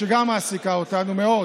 שגם היא מעסיקה אותנו מאוד.